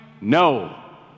No